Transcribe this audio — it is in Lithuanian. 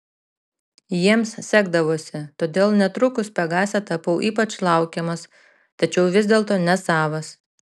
jiems sekdavosi todėl netrukus pegase tapau ypač laukiamas tačiau vis dėlto nesavas